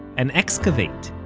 and excavate